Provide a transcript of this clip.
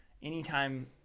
Anytime